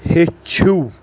ہیٚچھِو